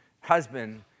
Husband